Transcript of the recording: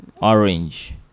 Orange